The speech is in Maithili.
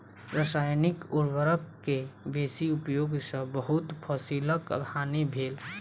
रसायनिक उर्वरक के बेसी उपयोग सॅ बहुत फसीलक हानि भेल